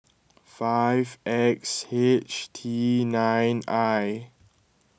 five X H T nine I